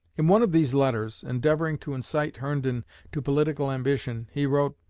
in one of these letters, endeavoring to incite herndon to political ambition, he wrote